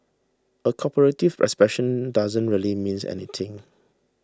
a comparative expression that doesn't really mean anything